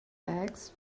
bags